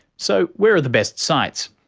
so where are the best sites?